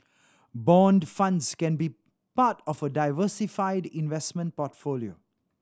bond funds can be part of a diversified investment portfolio